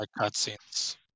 Cutscenes